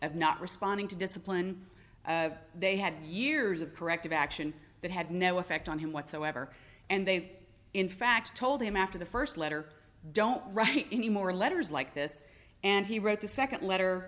of not responding to discipline they had years of corrective action that had no effect on him whatsoever and they in fact told him after the first letter don't write any more letters like this and he wrote the second letter